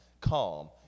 calm